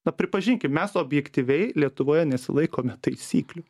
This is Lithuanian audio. na pripažinkim mes objektyviai lietuvoje nesilaikome taisyklių